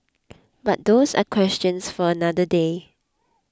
but those are questions for another day